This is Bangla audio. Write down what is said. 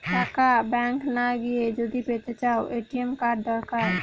টাকা ব্যাঙ্ক না গিয়ে যদি পেতে চাও, এ.টি.এম কার্ড দরকার